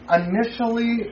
initially